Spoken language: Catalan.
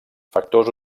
factors